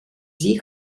sich